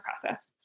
process